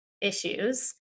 issues